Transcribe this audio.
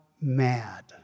mad